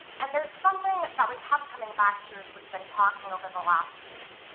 and there's something that we kept coming back to as we've been talking over the last week.